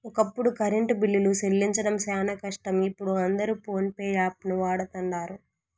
ఒకప్పుడు కరెంటు బిల్లులు సెల్లించడం శానా కష్టం, ఇపుడు అందరు పోన్పే యాపును వాడతండారు